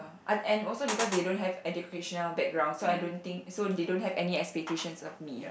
uh and also because they don't have educational background so I don't think so they don't have any expectations of me